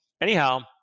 anyhow